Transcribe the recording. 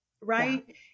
right